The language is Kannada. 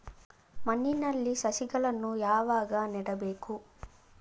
ಮಣ್ಣಿನಲ್ಲಿ ಸಸಿಗಳನ್ನು ಯಾವಾಗ ನೆಡಬೇಕು?